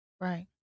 Right